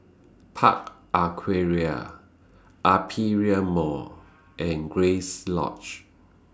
Park Aquaria Aperia Mall and Grace Lodge